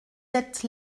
êtes